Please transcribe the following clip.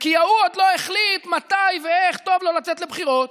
כי ההוא עוד לא החליט מתי ואיך טוב לו לצאת לבחירות.